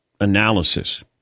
analysis